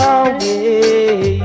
away